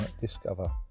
discover